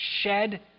shed